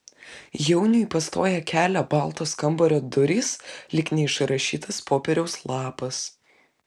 jauniui pastoja kelią baltos kambario durys lyg neišrašytas popieriaus lapas